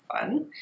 fun